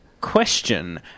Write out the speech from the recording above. Question